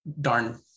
darn